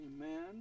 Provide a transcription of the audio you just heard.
Amen